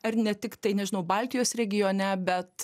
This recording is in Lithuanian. ar ne tiktai nežinau baltijos regione bet